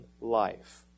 life